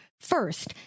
First